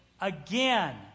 again